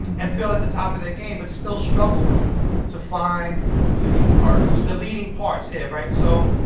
and feel at the top of their game but still struggle to find. leading parts the leading parts. yeah, right? so,